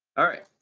all right.